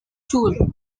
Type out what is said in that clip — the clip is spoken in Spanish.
chulo